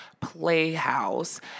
Playhouse